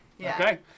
Okay